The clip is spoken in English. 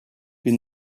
been